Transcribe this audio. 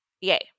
Yay